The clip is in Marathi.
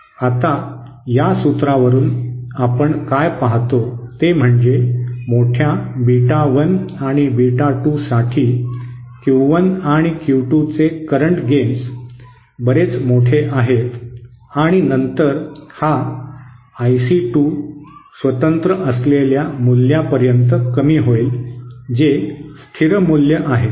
आता या सूत्रावरून आपण काय पाहतो ते म्हणजे मोठया बीटा 1 आणि बीटा 2 साठी Q 1 आणि Q 2 चे करंट गेन्स बरेच मोठे आहेत आणि नंतर हा IC 2 स्वतंत्र असलेल्या मूल्यापर्यंत कमी होईल जे स्थिर मूल्य आहे